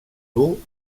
dur